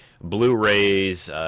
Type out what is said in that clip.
Blu-rays